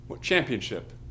Championship